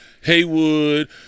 Haywood